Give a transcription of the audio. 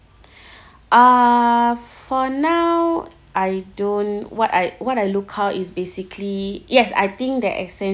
uh for now I don't what I what I lookout is basically yes I think that essential